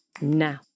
Now